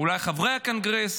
אולי חברי הקונגרס,